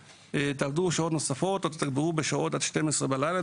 תעבדו שעות נוספות או תתגברו בשעות עד 12 בלילה.